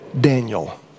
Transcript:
Daniel